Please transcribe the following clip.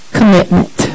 Commitment